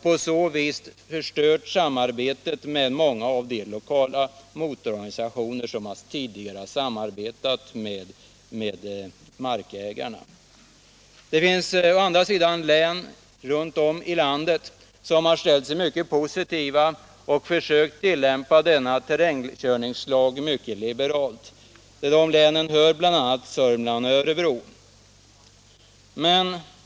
På så vis har man förstört samarbetet mellan många av de lokala motororganisationerna och markägarna. Å andra sidan finns det län som har ställt sig mycket positiva och försökt tillämpa terrängkörningslagen liberalt. Till dessa hör Södermanlands län och Örebro län.